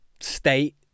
state